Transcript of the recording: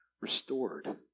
restored